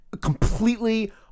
completely